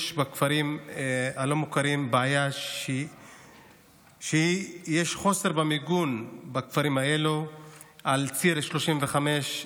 יש בכפרים הלא-מוכרים בעיה של חוסר במיגון בכפרים האלה שעל ציר 35,